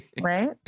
Right